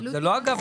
זה לא אגף